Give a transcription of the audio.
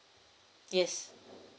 yes